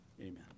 Amen